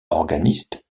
organiste